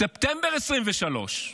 ספטמבר 2023,